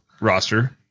roster